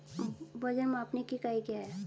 वजन मापने की इकाई क्या है?